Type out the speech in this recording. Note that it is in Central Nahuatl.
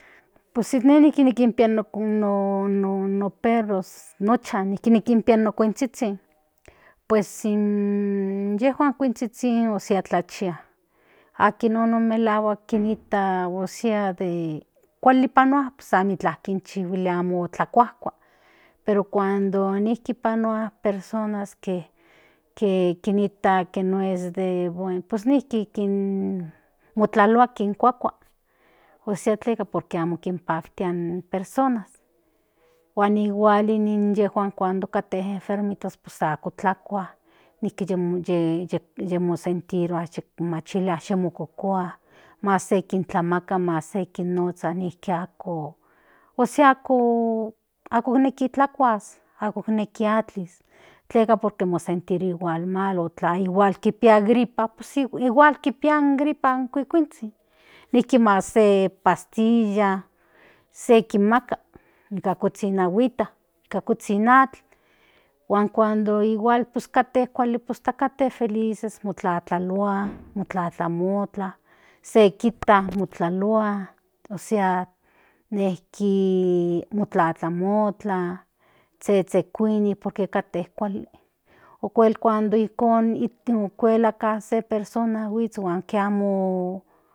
Pues ine nijki nikinpia no perros nochan nijki nikinpia no kuinzhizhin pues inyejuan kuinzhizhin o sea tlachia akinono melahuak kinkta ósea de kuali panua amiklan kinchihuilia amo tlakuajkua pero cunado nijki panua personas ke kinikta que noes pues nijki kinmotlalia kinkakua ósea tlaka por que kipaktia in personas huan igual inyejuan cuando kate enfermos pues ako tlakua nijki yimosentirua machilia se mokokua mas kintlamaka mas kinozhan nijki ako nekis tlakuas ako neki atl tleka por que mosentirua mal huan malo tla kipia gripa pue igual kipia gripa in kuikuinzhin nijki mas se pastilla se kinmaka sankuzhin in aguita sankuzhin atl huan cuando kate kuali hasta kate feliz motlatlalua motlatlamokla se kita motlalua ósea nejki motlatlamotla zhezhekuini por que kate kuali okuel cuando ijkon tlaka se persona huits huan kiamo.